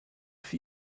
für